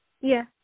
Yes